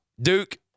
Duke